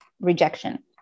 rejection